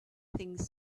things